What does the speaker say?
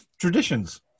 Traditions